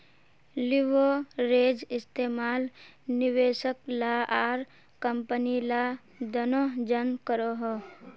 leverage इस्तेमाल निवेशक ला आर कम्पनी ला दनोह जन करोहो